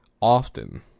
often